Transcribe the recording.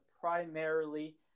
primarily